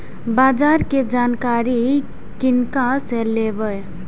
बाजार कै जानकारी किनका से लेवे?